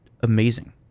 amazing